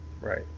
Right